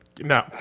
no